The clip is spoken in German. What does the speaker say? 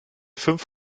fünf